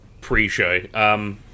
pre-show